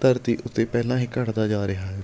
ਧਰਤੀ ਉੱਤੇ ਪਹਿਲਾਂ ਹੀ ਘਟਦਾ ਜਾ ਰਿਹਾ ਹੈ